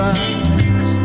eyes